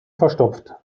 verstopft